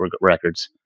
records